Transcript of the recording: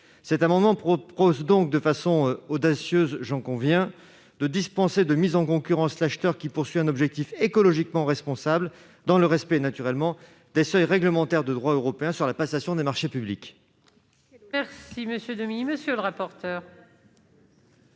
Cet amendement vise donc, de façon audacieuse- j'en conviens -, à dispenser de mise en concurrence l'acheteur qui se fixe un objectif écologiquement responsable dans le respect des seuils réglementaires de droit européen sur la passation des marchés publics.